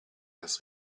das